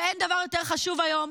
אין דבר יותר חשוב היום